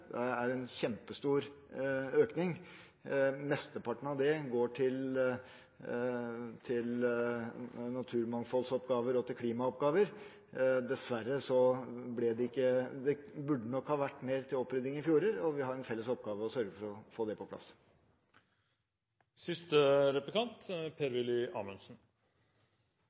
det er en kjempestor økning. Mesteparten av det går til naturmangfoldsoppgaver og klimaoppgaver – det burde nok ha vært mer til opprydding i fjorder. Vi har en felles oppgave i å sørge for å få det på